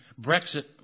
Brexit